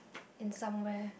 in somewhere